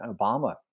Obama